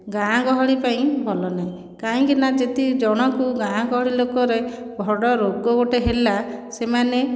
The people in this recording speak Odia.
ଗାଁ ଗହଳି ପାଇଁ ଭଲ ନାହିଁ କାହିଁକିନା ଯଦି ଜଣଙ୍କୁ ଗାଁ ଗହଳି ଲୋକରେ ବଡ଼ ରୋଗ ଗୋଟିଏ ହେଲା ସେମାନେ